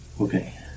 okay